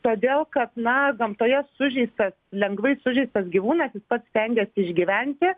todėl kad na gamtoje sužeistas lengvai sužeistas gyvūnas jis pats stengiasi išgyventi